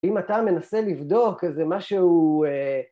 אם אתה מנסה לבדוק איזה משהו...